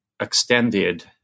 extended